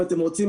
אם אתם רוצים,